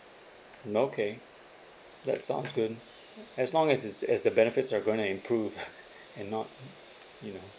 okay that's sound good as long as it's as the benefits are going to improve and not you know